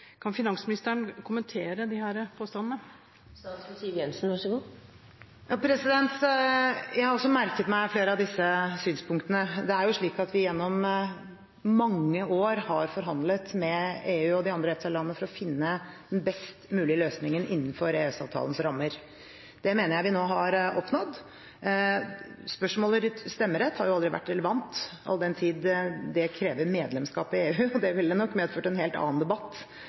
Kan finansministeren kommentere disse påstandene? Jeg har også merket meg flere av disse synspunktene. Det er jo slik at vi gjennom mange år har forhandlet med EU og de andre EFTA-landene for å finne den best mulige løsningen innenfor EØS-avtalens rammer. Det mener jeg vi nå har oppnådd. Spørsmålet rundt stemmerett har jo aldri vært relevant, all den tid det krever medlemskap i EU, og det ville nok medført en helt annen debatt